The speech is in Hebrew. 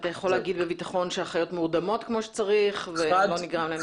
ואתה יכול להגיד בביטחון שהחיות מורדמות כמו שצריך ולא נגרם להן סבל?